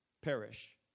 perish